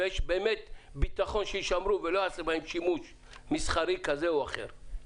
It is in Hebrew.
ויש באמת ביטחון שיישמרו ולא ייעשה בהם שימוש מסחרי כזה או אחר.